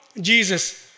Jesus